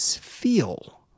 feel